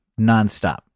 nonstop